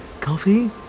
Coffee